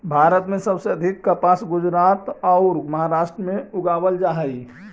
भारत में सबसे अधिक कपास गुजरात औउर महाराष्ट्र में उगावल जा हई